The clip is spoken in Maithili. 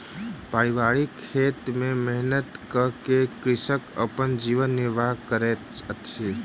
पारिवारिक खेत में मेहनत कअ के कृषक अपन जीवन निर्वाह करैत अछि